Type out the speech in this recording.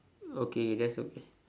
okay that's okay